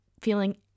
feeling